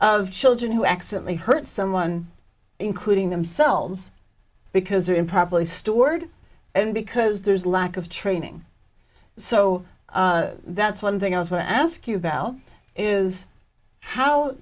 of children who accidently hurt someone including themselves because they're improperly stored and because there's lack of training so that's one thing i was going to ask you about is how